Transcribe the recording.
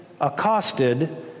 accosted